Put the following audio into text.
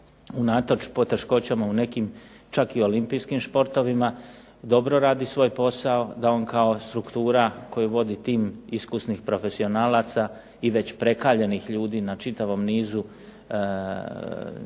unatoč poteškoćama u nekim čak i olimpijskim športovima dobro radi svoj posao, da on kao struktura koju vodi tim iskusnih profesionalaca i već prekaljenih ljudi na čitavom nizu najvećih